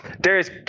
Darius